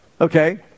Okay